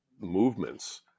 movements